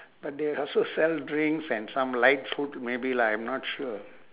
but they also sell drinks and some light food maybe lah I'm not sure